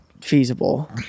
feasible